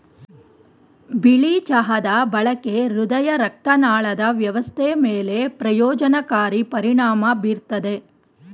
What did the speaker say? ಬಿಳಿ ಚಹಾದ ಬಳಕೆ ಹೃದಯರಕ್ತನಾಳದ ವ್ಯವಸ್ಥೆ ಮೇಲೆ ಪ್ರಯೋಜನಕಾರಿ ಪರಿಣಾಮ ಬೀರ್ತದೆ